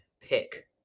pick